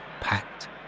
packed